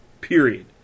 period